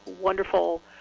wonderful